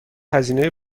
هزینه